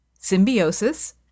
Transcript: Symbiosis